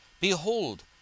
behold